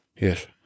Yes